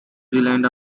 zealand